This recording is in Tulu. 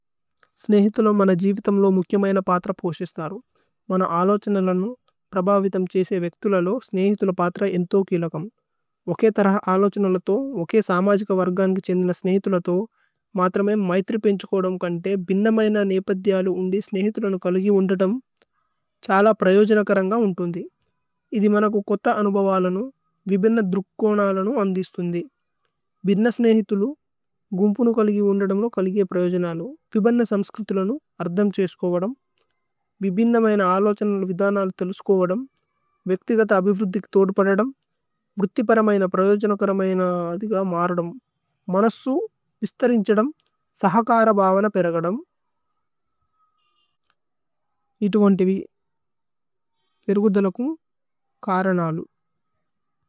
സ്നേഹിഥുല മന ജീവിഥമ് ലോ മുക്കേമയേന പാത്ര। പോസിസ്ഥരു മന അലോഛനല്ലനു പ്രബവിഥമ് ഛീസ്യ്। വേക്ഥുലലോ സ്നേഹിഥുല പാത്ര ഏന്ഥോ കീലകമ് ഓകേ। തരഹ അലോഛനല്ലലതോ ഓകേ സാമജിക വര്ഗാനി। കിഛേന്ദിന സ്നേഹിഥുലതോ മത്രമേ മൈഥ്രി പേന്ഛുകോദമ്। കന്തേ ബിന്നമൈന നേപധ്യലു ഉന്ദി സ്നേഹിഥുലനു। കലുഗി ഉന്ദതമ് ഛാല പ്രയോജനകരന്ഗ ഉന്തുന്ദി। ഇഥി മനകു കോഥ അനുബവലനു വിബിന്ന ദ്രുക്കോനാലനു। അന്ദിസ്ഥുന്ദി ഭിന്ന സ്നേഹിഥുലു ഗുമ്പുനു കലുഗി ഉന്ദതമു। ലോ കലുഗിയ പ്രയോജനലു വിബന്ന സമ്സ്ക്രുതുലനു। അര്ധമ് ഛേസുകോവദമ് വിബിന്നമൈന അലോഛനല്ലനു। വിധനലു തലുസുകോവദമ് വേക്ഥിഗഥ അഭിവ്രുദ്ധിക। ഥോദുപദദമ് വ്രുഥിപരമയന പ്രയോജനകരമയന। അദിഗ മരദമ് മനസു വിസ്തരിന്ഛദമ് സഹകര। ഭവന പേരഗദമ് ഇതുവോന്തിവി പേരുഗുധലകുമ് കരനലു।